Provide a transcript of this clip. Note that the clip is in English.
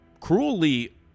cruelly